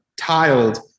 tiled